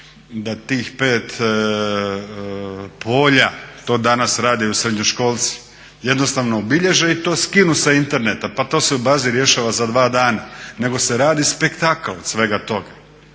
da tih 5 polja, to danas rade srednjoškolci, jednostavno obilježe i to skinu sa interneta. Pa to se u bazi rješava za dva dana. Nego se radi spektakl od svega toga.